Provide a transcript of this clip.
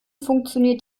funktioniert